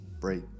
break